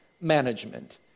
management